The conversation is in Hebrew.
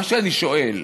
מה שאני שואל: